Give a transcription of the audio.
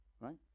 Right